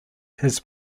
his